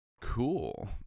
Cool